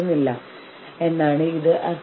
നിങ്ങൾ ഒരുമിച്ചാണ് ഇരിക്കുന്നത്